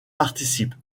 participent